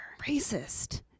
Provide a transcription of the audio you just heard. racist